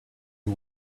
who